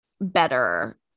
better